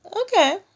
Okay